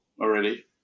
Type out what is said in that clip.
already